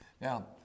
Now